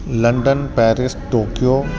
London Paris Tokyo